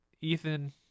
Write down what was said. Ethan